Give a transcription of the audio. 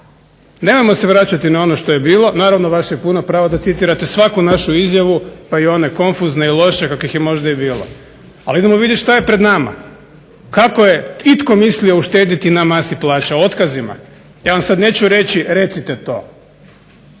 Nemojmo se vraćati na ono što je bilo. Naravno vaše je puno pravo da citirate svaku našu izjavu pa i one konfuzne i loše kakvih je možda i bilo. Ali idemo vidjeti šta je pred nama. Kako je itko mislio uštediti na masi plaća? Otkazima? Ja vam sad neću reći recite to.